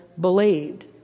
believed